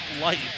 life